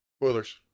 Spoilers